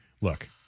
Look